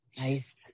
nice